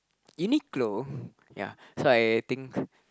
Uniqlo ya so I think